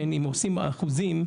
אם עושים אחוזים,